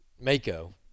Mako